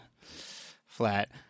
flat